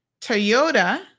Toyota